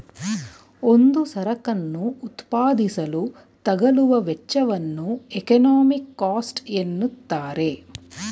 ಒಂದು ಸರಕನ್ನು ಉತ್ಪಾದಿಸಲು ತಗಲುವ ವೆಚ್ಚವನ್ನು ಎಕಾನಮಿಕ್ ಕಾಸ್ಟ್ ಎನ್ನುತ್ತಾರೆ